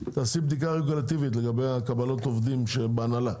תעשי גם בדיקה לגבי קבלת העובדים שהם בהנהלה.